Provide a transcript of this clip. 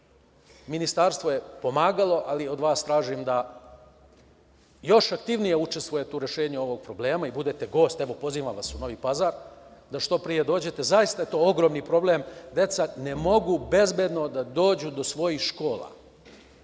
Ministarstvo je pomagalo, ali od vas tražim da još aktivnije učestvujete u rešenju ovog problema i budete gost, evo, pozivam vas u Novi Pazar da što pre dođete. Zaista je to ogroman problem, deca ne mogu bezbedno da dođu do svojih škola,